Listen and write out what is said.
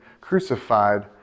crucified